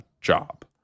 job